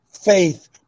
faith